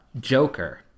joker